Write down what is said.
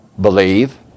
Believe